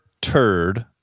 Turd